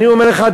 אני אומר לך,